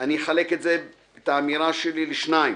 אני אחלק את האמירה שלי לשניים